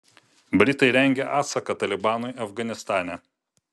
britai rengia atsaką talibanui afganistane